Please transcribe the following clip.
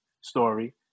story